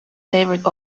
favorite